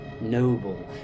Noble